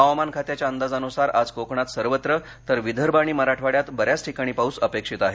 हवामान खात्याच्या अंदाजानुसार आज कोकणात सर्वत्र तर विदर्भ आणि मराठऱ्वाड्यात बऱ्याच ठिकाणी पाऊस अपेक्षित आहे